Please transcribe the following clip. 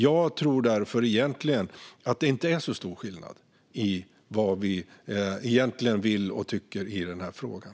Jag tror därför att det egentligen inte är så stor skillnad i vad vi vill och tycker i den här frågan.